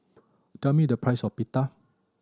tell me the price of Pita